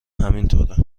همینطوره